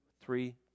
three